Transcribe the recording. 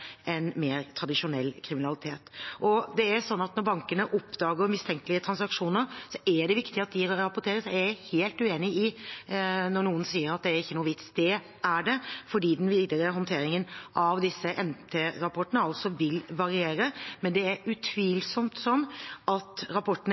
en annen måte enn mer tradisjonell kriminalitet. Og det er sånn at når bankene oppdager mistenkelige transaksjoner, er det viktig at disse rapporteres. Jeg er helt uenig med dem som sier at det ikke er noen vits i å gjøre det. Det er det. For den videre håndteringen av disse MT-rapportene vil variere, men det er